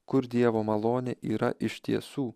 kur dievo malonė yra iš tiesų